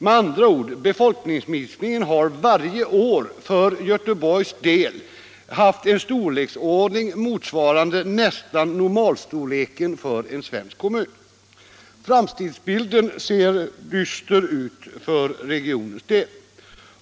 Med andra ord, befolkningsminskningen har för Göteborgs del varje år motsvarat normalstorleken för en svensk kommun. Framtidsbilden ser dyster ut för regionens del.